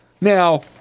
Now